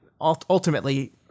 ultimately